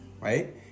right